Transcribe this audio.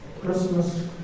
Christmas